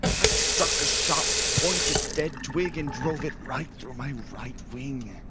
i struck a sharp-pointed dead twig and drove it right through my right wing.